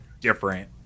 different